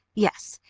yes,